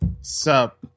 Sup